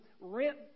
rent